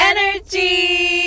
Energy